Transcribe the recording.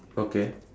okay